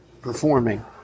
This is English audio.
performing